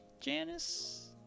Janice